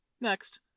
Next